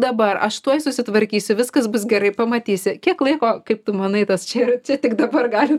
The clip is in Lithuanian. dabar aš tuoj susitvarkysiu viskas bus gerai pamatysi kiek laiko kaip tu manai tas čia yra čia tik dabar gali